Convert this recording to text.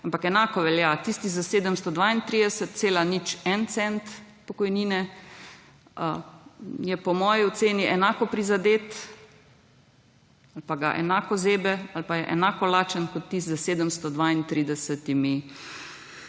ampak enako velja, tisti s 732,01 cent pokojnine je po moji oceni enako prizadet ali pa ga enako zebe ali pa je enako lačen kot tisti s 732. evri.